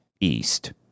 east